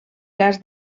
cas